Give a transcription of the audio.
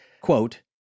Quote